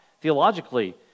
theologically